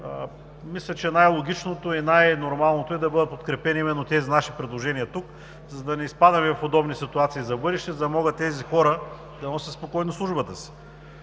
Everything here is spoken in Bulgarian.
Мисля, че най-логичното и най-нормалното е да бъдат подкрепени тези наши предложения, за да не изпадаме в подобни ситуации в бъдеще, за да могат тези хора да носят спокойно службата си.